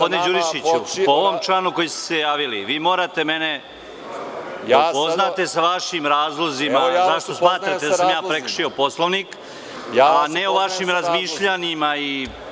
Gospodine Đurišiću, po ovom članu po kojem ste se javili, vi morate mene da upoznate sa vašim razlozima, zašto smatrate da sam ja prekršio Poslovnik, a ne o vašim razmišljanjima itd.